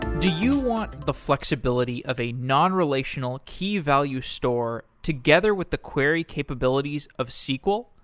do you want the flexibility of a non-relational, key-value store, together with the query capabilities of sql?